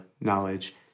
knowledge